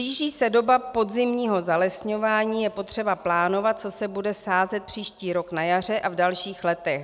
Blíží se doba podzimního zalesňování, je potřeba plánovat, co se bude sázet příští rok na jaře a v dalších letech.